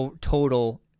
total